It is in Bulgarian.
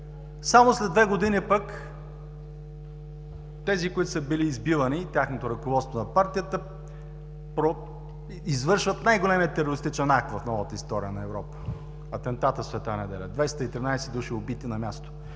Само след две години пък тези, които са били избивани, и тяхното ръководство на партията извършват най-големият терористичен акт в новата история на Европа – атентатът в „Света Неделя“ – 213 души убити на място.